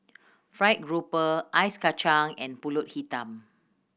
fried grouper ice kacang and Pulut Hitam